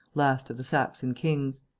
last of the saxon kings.